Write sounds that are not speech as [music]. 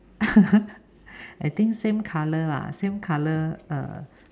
[laughs] I think same color same color